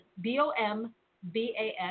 B-O-M-B-A-S